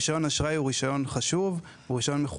רישיון אשראי הוא רישיון חשוב ומכובד,